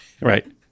right